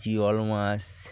জিওল মাছ